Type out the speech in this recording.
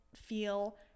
feel